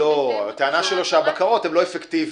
הם גם עומדים בקשר